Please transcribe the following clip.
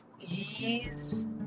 ease